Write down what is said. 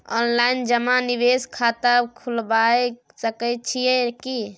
Online जमा निवेश खाता खुलाबय सकै छियै की?